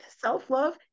self-love